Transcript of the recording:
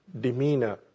demeanor